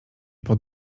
pod